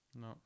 No